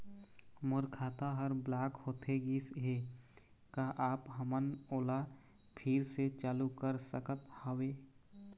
मोर खाता हर ब्लॉक होथे गिस हे, का आप हमन ओला फिर से चालू कर सकत हावे?